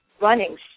running